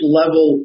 level